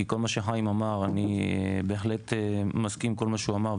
כי אני בהחלט מסכים עם כל מה שחיים אמר,